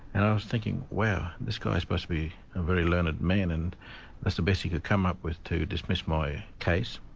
and i was thinking, wow, this guy's supposed be a very learned man and that's the best he could come up with to dismiss my case.